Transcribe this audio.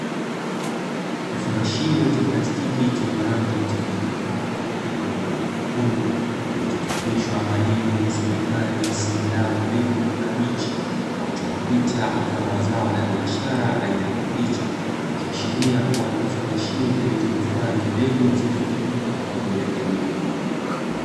Kifungashio cha plastiki chenye rangi mchanganyiko; nyeupe pamoja na nyekundu, kilichochapishwa maneno yasomekayo "Simlaw mbegu kabichi" na kuchorwa picha mfano wa zao la biashara aina ya kabichi, ikiashiria kuwa ni kifungashio kilichohifadhi mbegu zinazotumika kwa ajili ya kilimo.